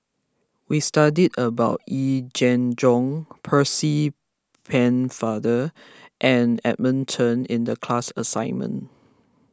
we studied about Yee Jenn Jong Percy Pennefather and Edmund Chen in the class assignment